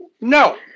No